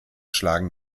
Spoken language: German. schlagen